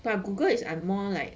but Google is is more like